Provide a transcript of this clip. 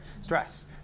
stress